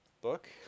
book